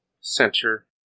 center